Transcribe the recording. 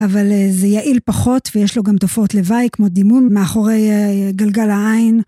אבל זה יעיל פחות ויש לו גם תופעות לוואי כמו דימום מאחורי גלגל העין.